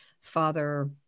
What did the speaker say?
father